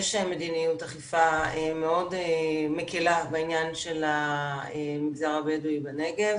יש מדיניות אכיפה מאוד מקלה בעניין של המגזר הבדואי בנגב,